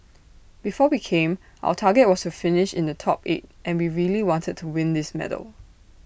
before we came our target was to finish in the top eight and we really wanted to win this medal